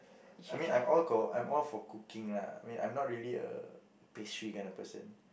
I mean I'm all I'm all for cooking lah I mean I'm not really a pastry kind of person